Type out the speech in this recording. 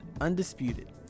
undisputed